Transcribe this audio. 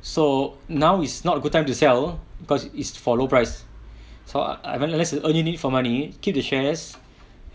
so now is not a good time to sell because is for low price so I unless earning it for money keep the shares